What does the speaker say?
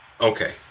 okay